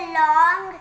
long